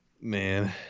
Man